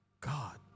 God